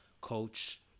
coach